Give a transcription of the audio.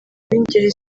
b’ingeri